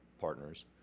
partners